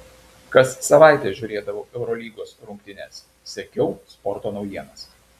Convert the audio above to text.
kas savaitę žiūrėdavau eurolygos rungtynes sekiau sporto naujienas